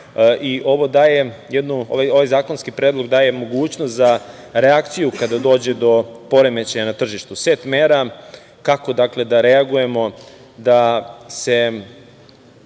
sve ostale i ovaj zakonski predlog daje mogućnost za reakciju kada dođe do poremećaja na tržištu, set mera kako da reagujemo, da se